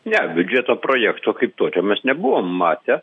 ne biudžeto projekto kaip tokio mes nebuvom matę